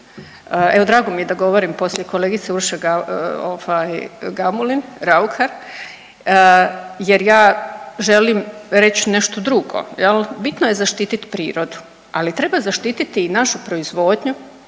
evo drago mi je da govorim poslije kolegice Urše Gamulin Raukar jer ja želim reć nešto drugo. Bitno je zaštiti prirodu, ali treba zaštiti i našu proizvodnju.